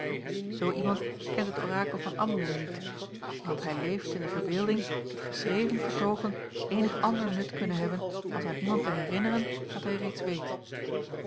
zoo iemand kent het orakel van ammon niet want hij leeft in de verbeelding dat geschreven vertoogen eenig ander nut kunnen hebben als aan iemand te herinneren wat hij reeds weet